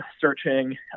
searching